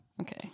Okay